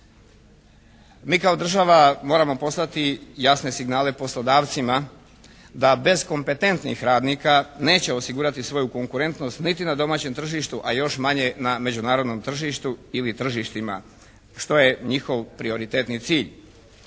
Mi kao država moramo poslati jasne signale poslodavcima da bez kompetentnih radnika neće osigurati svoju konkurentnost niti na domaćem tržištu, a još manje na međunarodnom tržištu ili tržištima, što je njihov prioritetni cilj.